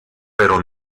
pero